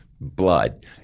blood